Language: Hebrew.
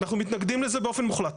אנחנו מתנגדים לזה באופן מוחלט.